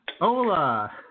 hola